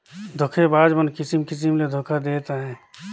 धोखेबाज मन किसिम किसिम ले धोखा देहत अहें